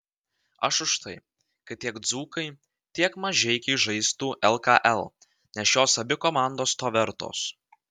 aš už tai kad tiek dzūkai tiek mažeikiai žaistų lkl nes šios abi komandos to vertos